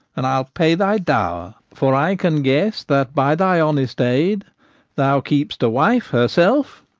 and i'll pay thy dower for i can guess that by thy honest aid thou kept'st a wife herself,